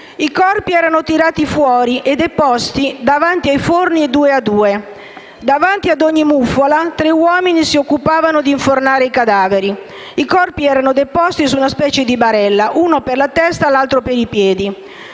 I corpi erano tirati fuori e deposti davanti ai forni, due a due. Davanti a ogni muffola tre uomini si occupavano di infornare i cadaveri. I corpi erano deposti su una specie di barella, uno per la testa e uno per i piedi.